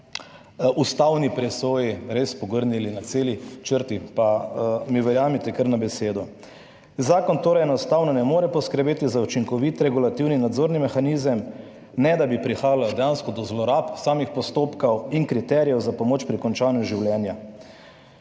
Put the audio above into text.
ustavni presoji res pogrnili na celi črti, pa mi verjemite kar na besedo. Zakon torej enostavno ne more poskrbeti za učinkovit regulativni nadzorni mehanizem, ne da bi prihajalo dejansko do zlorab samih postopkov in kriterijev za pomoč pri končanju življenja.